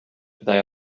they